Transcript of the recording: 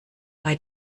bei